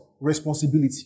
Responsibility